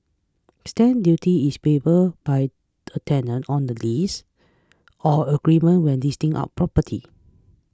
stamp duty is payable by a tenant on the lease or agreement when leasing property